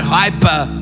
hyper